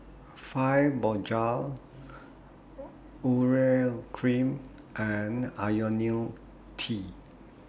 Fibogel Urea Cream and Ionil T